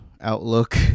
outlook